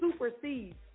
supersedes